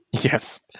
yes